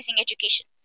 education